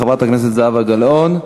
חברת הכנסת זהבה גלאון,